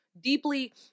deeply